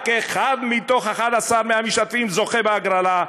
רק אחד מתוך 11 מהמשתתפים זוכה בהגרלה,